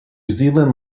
zealand